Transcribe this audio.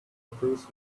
bruce